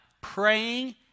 praying